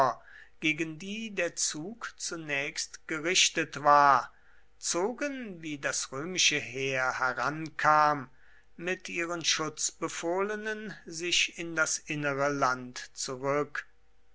gegen die der zug zunächst gerichtet war zogen wie das römische heer herankam mit ihren schutzbefohlenen sich in das innere land zurück